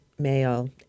male